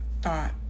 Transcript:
thought